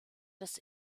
das